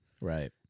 Right